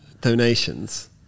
donations